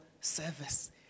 service